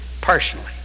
personally